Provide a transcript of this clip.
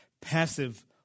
passive